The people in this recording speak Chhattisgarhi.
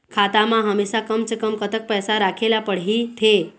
खाता मा हमेशा कम से कम कतक पैसा राखेला पड़ही थे?